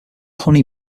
honey